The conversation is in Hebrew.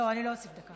לא, אני לא אוסיף דקה.